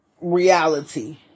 reality